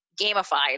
gamified